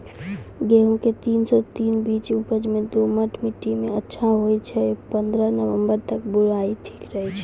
गेहूँम के तीन सौ तीन बीज उपज मे दोमट मिट्टी मे अच्छा होय छै, पन्द्रह नवंबर तक बुआई ठीक रहै छै